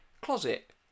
Closet